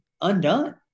undone